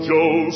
Joe